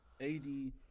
ad